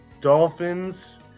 Dolphins